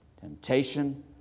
temptation